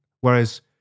whereas